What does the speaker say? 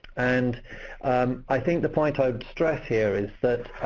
and i think the point i would stress here is that